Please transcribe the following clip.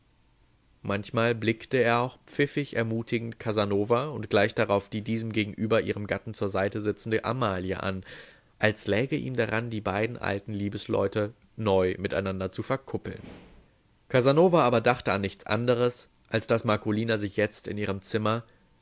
manchmal blickte er auch pfiffig ermutigend casanova und gleich darauf die diesem gegenüber ihrem gatten zur seite sitzende amalia an als läge ihm daran die beiden alten liebesleute neu miteinander zu verkuppeln casanova aber dachte an nichts anderes als daß marcolina sich jetzt in ihrem zimmer